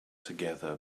together